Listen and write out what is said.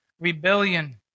Rebellion